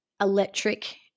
electric